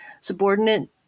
subordinate